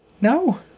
No